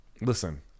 listen